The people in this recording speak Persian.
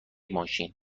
ماشین